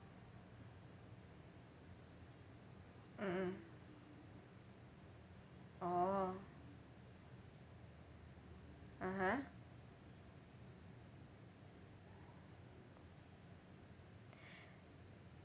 mmhmm orh (uh huh)